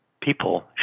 people